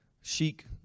chic